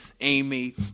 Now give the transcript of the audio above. Amy